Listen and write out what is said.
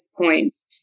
points